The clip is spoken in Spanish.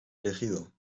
elegido